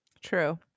True